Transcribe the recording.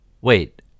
Wait